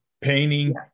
painting